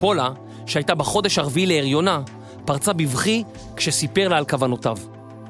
פולה, שהייתה בחודש הרביעי להריונה, פרצה בבכי כשסיפר לה על כוונותיו.